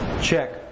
Check